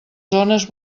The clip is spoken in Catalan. zones